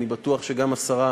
אני בטוח שגם השרה,